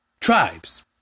tribes